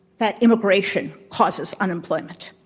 that immigration causes unemployment.